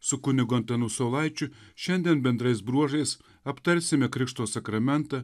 su kunigu antanu saulaičiu šiandien bendrais bruožais aptarsime krikšto sakramentą